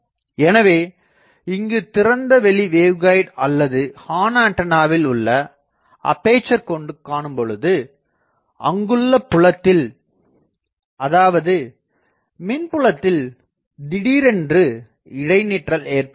எனவே இங்குத் திறந்த வெளி வேவ்கைடு அல்லது ஹார்ன் ஆண்டனாவில் உள்ள அப்பேசர் கொண்டு காணும்பொழுது அங்குள்ள புலத்தில் அதாவது மின்புலத்தில் தீடீரென்று இடைநிற்றல் ஏற்படுகிறது